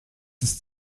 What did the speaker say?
ist